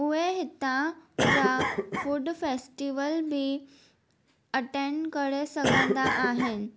उहे हितां जा फूड फेस्टिवल बि अटैंड करे सघंदा आहिनि